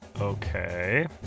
Okay